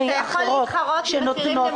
אסביר.